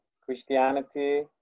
Christianity